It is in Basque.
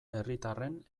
herritarren